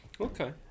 Okay